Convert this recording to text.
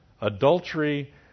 adultery